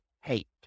hate